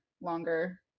longer